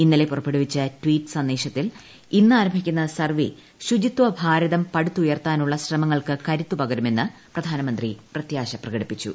ഇന്നലെ പുറപ്പെടുവിച്ച ട്വീറ്റ് സന്ദേശത്തിൽ ഇന്ന് ആരംഭിക്കുന്ന സർവ്വേശ്രുചിത്വഭാരതം പടുത്തുയർത്താനുള്ള ശ്രമങ്ങൾക്ക് കരുത്ത് പ്രകരുമെന്ന് പ്രധാനമന്ത്രി പ്രത്യാശ പ്രകടിപ്പിച്ചു